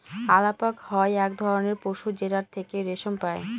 আলাপক হয় এক ধরনের পশু যেটার থেকে রেশম পাই